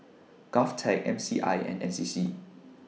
Govtech M C I and N C C